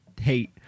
hate